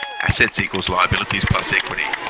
assets equals liabilities plus equity.